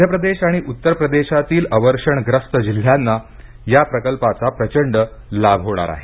मध्य प्रदेश आणि उत्तर प्रदेशातील अवर्षणप्रस्त जिल्ह्यांना या प्रकल्पाचा प्रचंड लाभ होणार आहे